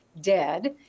dead